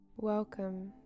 Welcome